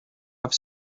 have